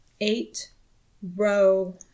eight-row